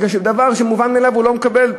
כי דבר שהוא מובן מאליו הוא לא מקבל.